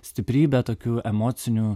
stiprybe tokiu emociniu